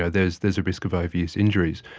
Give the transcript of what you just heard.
ah there is there is a risk of overuse injuries.